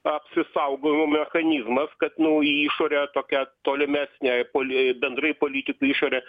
apsisaugojimo mechanizmas kad nu į išorę tokią tolimesnę poli bendrai politikai išorę